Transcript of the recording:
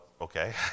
Okay